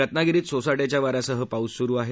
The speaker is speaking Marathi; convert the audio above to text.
रत्नागिरीत सोसाट्याच्या वाऱ्यासह पाऊस सुरु आहे